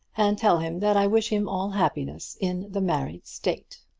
and tell him that i wish him all happiness in the married state.